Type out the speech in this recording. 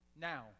now